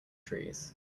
trees